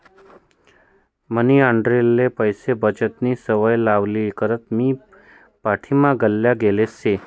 मनी आंडेरले पैसा बचतनी सवय लावावी करता मी माटीना गल्ला लेयेल शे